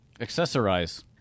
Accessorize